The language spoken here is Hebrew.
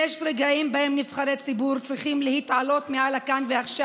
יש רגעים שבהם נבחרי ציבור צריכים להתעלות מעל ה"כאן ועכשיו"